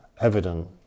evident